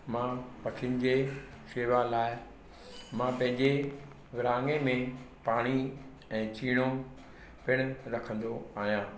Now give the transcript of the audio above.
मां पखिन जी शेवा लाइ मां पंहिंजे विर्हांङे में पाणी ऐं छीणो पिणु रखंदो आहियां